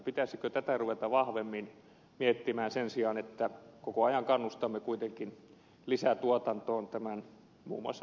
pitäisikö tätä ruveta vahvemmin miettimään sen sijaan että koko ajan kannustamme kuitenkin lisätuotantoon tämän muun muassa investointitukipolitiikan kautta